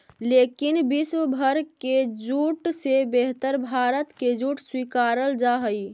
लेकिन विश्व भर के जूट से बेहतर भारत के जूट स्वीकारल जा हइ